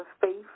faith